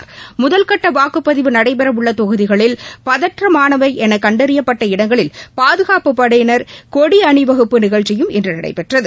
தொகுதிகளில் முதல்கட்ட வாக்குப்பதிவு நடைபெறவுள்ள பதற்றமானவை என கண்டறியப்பட்ட இடங்களில் பாதுகாப்புப் படையிளின் கொடி அணிவகுப்பு நிகழ்ச்சியும் இன்று நடைபெற்றது